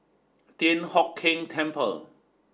Thian Hock Keng Temple